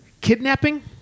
kidnapping